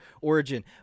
origin